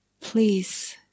please